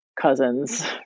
cousins